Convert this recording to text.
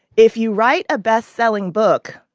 if you write a best-selling book,